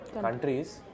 countries